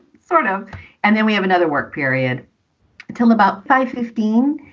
sort of and then we have another work period till about five fifteen.